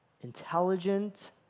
intelligent